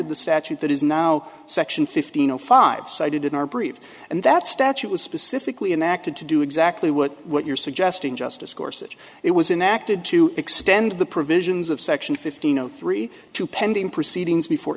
of the statute that is now section fifteen zero five cited in our brief and that statute was specifically enacted to do exactly what what you're suggesting justice course that it was in acted to extend the provisions of section fifteen zero three two pending proceedings before